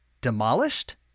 Demolished